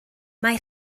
mae